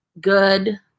good